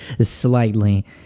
slightly